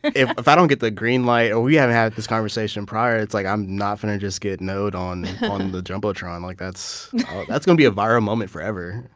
if if i don't get the green light or we haven't had this conversation prior, like i'm not going to just get no'd on the jumbotron. like that's that's gonna be a viral moment forever.